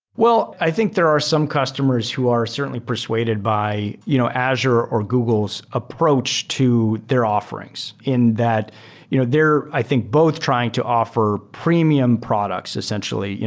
well, i think there are some customers who are certainly persuaded by you know azure or google's approach to their offerings, and that you know they're i think both trying to offer premium products, essentially,